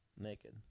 Naked